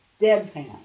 deadpan